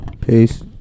Peace